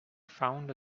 found